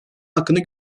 hakkını